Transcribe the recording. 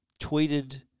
tweeted